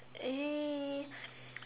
uh